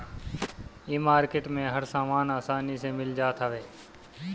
इ मार्किट में हर सामान आसानी से मिल जात हवे